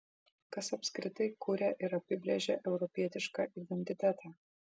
kas apskritai kuria ir apibrėžia europietišką identitetą